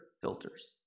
filters